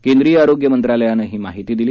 केंद्रीय आरोष्य मंत्रालयानं ही माहिती दिली